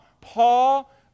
Paul